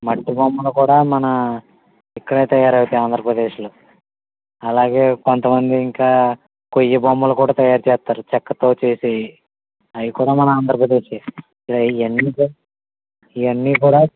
మట్టి బొమ్మలు కూడా మన ఇక్కడే తయారవుతాయి ఆంధ్రప్రదేశ్లో అలాగే కొంతమంది ఇంకా కొయ్య బొమ్మలు కూడా తయారు చేస్తారు చెక్కతో చేసేవి అవి కూడా మన ఆంధ్రప్రదేశే ఇవన్నీ ఇవన్నీ కూడా